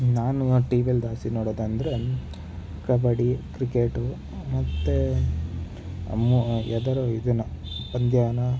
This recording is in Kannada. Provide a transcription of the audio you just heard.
ನಾನು ಟಿ ವಿಯಲ್ಲಿ ಜಾಸ್ತಿ ನೋಡೋದು ಅಂದರೆ ಕಬಡ್ಡಿ ಕ್ರಿಕೆಟು ಮತ್ತು ಯಾವ್ದಾದ್ರು ಇದನ್ನು ಪಂದ್ಯಾನ